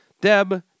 Deb